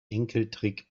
enkeltrick